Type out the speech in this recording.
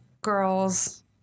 girls